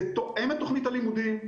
זה תואם את תוכנית הלימודים.